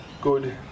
good